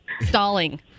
stalling